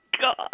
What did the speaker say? God